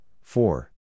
Four